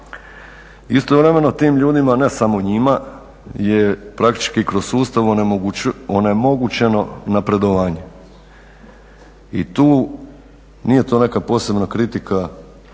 Istovremeno tim ljudima, ne samo njima, je praktički kroz sustav onemogućeno napredovanje i tu nije to neka posebna kritika